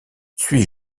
suis